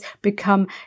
become